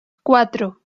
cuatro